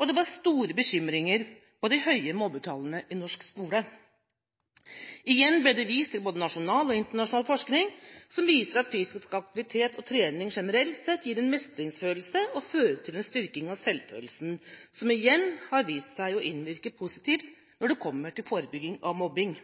og det var store bekymringer over de høye mobbetallene i norsk skole. Igjen ble det vist til både nasjonal og internasjonal forskning, som viser at fysisk aktivitet og trening generelt sett gir en mestringsfølelse og fører til en styrking av selvfølelsen, som igjen har vist seg å innvirke positivt når det kommer til forebygging av mobbing.